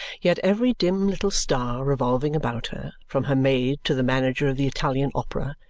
yet every dim little star revolving about her, from her maid to the manager of the italian opera,